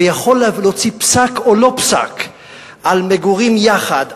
ויכול להוציא פסק או לא-פסק על מגורים יחד,